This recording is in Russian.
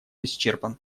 исчерпан